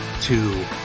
Two